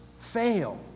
fail